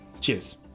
Cheers